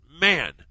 man